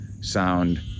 sound